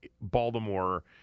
Baltimore